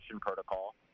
protocol